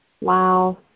Wow